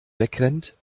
wegrennt